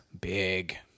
big